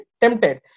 tempted